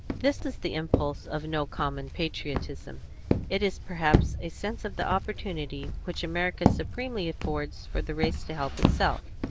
this is the impulse of no common patriotism it is perhaps a sense of the opportunity which america supremely affords for the race to help itself,